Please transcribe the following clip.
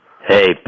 Hey